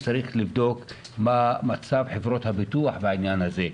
צריך לבדוק מה מצב חברות הביטוח בעניין הזה,